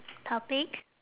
topics